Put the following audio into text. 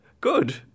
Good